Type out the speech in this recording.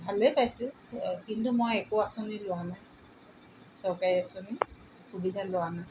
ভালেই পাইছোঁ কিন্তু মই একো আঁচনি লোৱা নাই চৰকাৰী আঁচনিৰ সুবিধা লোৱা নাই